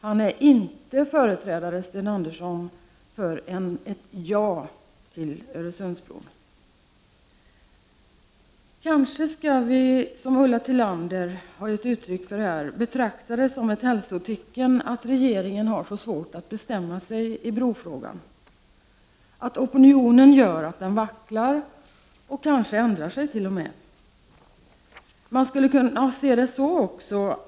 Han är inte företrädare för ett ja till Öresundsbron, Sten Andersson i Malmö. Kanske skall vi, som Ulla Tillander, betrakta det som ett hälsotecken att regeringen har så svårt att bestämma sig i brofrågan, att opinionen gör att den vacklar och kanske ändrar sig. Jag tycker att det tyder på en hårdnackad Prot.